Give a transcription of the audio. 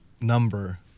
number